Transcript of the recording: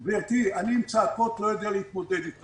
גברתי, אני עם צעקות לא יודע להתמודד איתך.